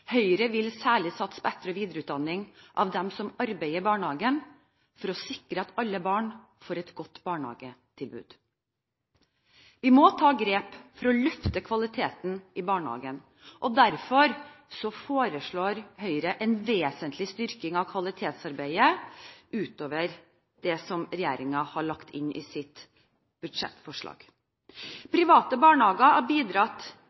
Høyre vil særlig satse på etter- og videreutdanning av dem som arbeider i barnehagen for å sikre at alle barn får et godt barnehagetilbud. Vi må ta grep for å løfte kvaliteten i barnehagen, og derfor foreslår Høyre en vesentlig styrking av kvalitetsarbeidet utover det som regjeringen har lagt inn i sitt budsjettforslag. Private barnehager har bidratt